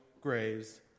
graves